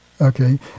Okay